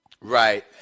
Right